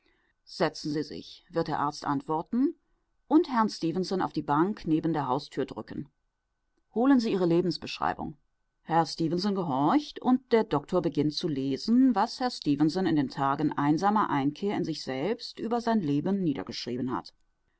setzen sie sich wird der arzt antworten und herrn stefenson auf die bank neben der haustür drücken holen sie ihre lebensbeschreibung herr stefenson gehorcht und der doktor beginnt zu lesen was herr stefenson in den tagen einsamer einkehr in sich selbst über sein leben niedergeschrieben hat